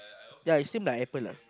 yeah it's same like apple ah